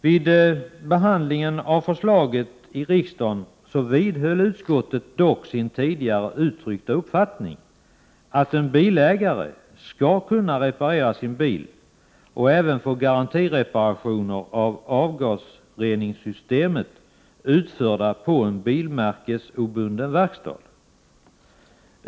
Vid behandlingen av förslaget vidhöll utskottet dock sin tidigare uttryckta uppfattning att en bilägare skall kunna reparera sin bil och även få garantireparationer av avgasreningssystemet utförda på en bilmärkesobunden verkstad.